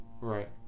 right